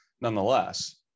nonetheless